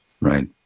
Right